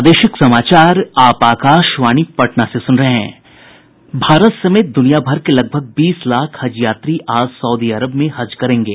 भारत समेत दुनियाभर के लगभग बीस लाख हज यात्री आज सउदी अरब में हज करेंगे